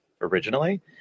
originally